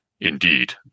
Indeed